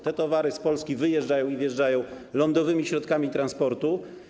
Te towary z Polski wyjeżdżają i wjeżdżają lądowymi środkami transportu.